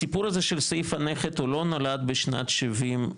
הסיפור הזה של סעיף הנכד הוא לא נולד בשנת 70',